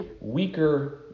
weaker